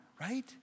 right